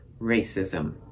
racism